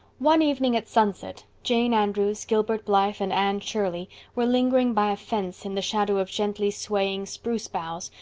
one evening at sunset, jane andrews, gilbert blythe, and anne shirley were lingering by a fence in the shadow of gently swaying spruce boughs,